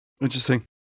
Interesting